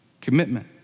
commitment